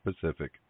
Pacific